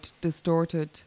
distorted